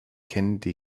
kennedy